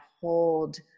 hold